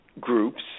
groups